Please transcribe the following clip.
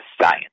science